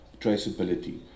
traceability